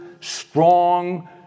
strong